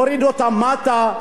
להוריד אותם מטה,